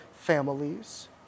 families